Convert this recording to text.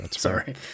sorry